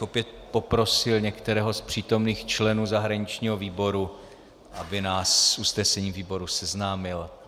Opět bych poprosil některého z přítomných členů zahraničního výboru, aby nás s usnesením výboru seznámil.